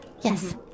Yes